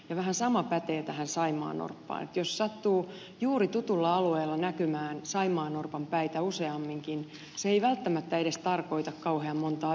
ja vähän sama pätee tähän saimaannorppaan niin että jos sattuu juuri tutulla alueella näkymään saimaannorpan päitä useamminkin se ei välttämättä edes tarkoita kauhean montaa yksilöä